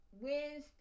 Wednesday